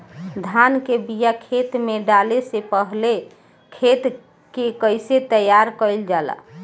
धान के बिया खेत में डाले से पहले खेत के कइसे तैयार कइल जाला?